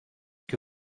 que